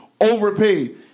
overpaid